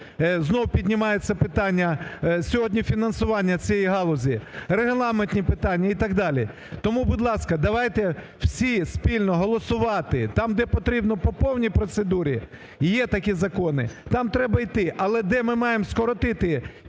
знову піднімається питання сьогодні фінансування цієї галузі, регламентні питання і так далі. Тому, будь ласка, давайте всі спільно голосувати там, де потрібно по повній процедурі, є такі закони, там треба йти, але, де ми маємо скоротити